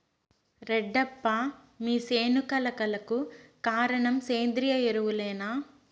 రెడ్డప్ప మీ సేను కళ కళకు కారణం సేంద్రీయ ఎరువులేనా